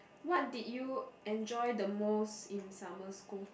what did you enjoy the most in summer school